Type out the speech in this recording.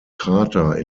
krater